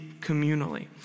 communally